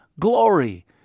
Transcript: glory